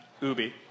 Ubi